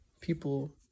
people